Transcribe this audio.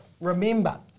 remember